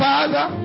Father